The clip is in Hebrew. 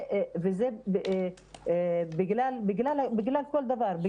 וזה בגלל כל הדברים,